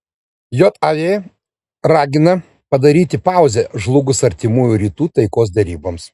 jav ragina padaryti pauzę žlugus artimųjų rytų taikos deryboms